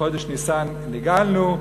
ובחודש ניסן נגאלנו,